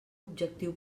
objectiu